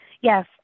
yes